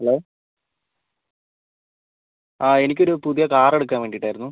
hello ആ എനിക്കൊരു പുതിയ കാർ എടുക്കാൻ വേണ്ടിയിട്ടായിരുന്നു